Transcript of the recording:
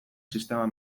sistema